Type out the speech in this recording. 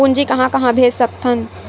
पूंजी कहां कहा भेज सकथन?